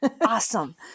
Awesome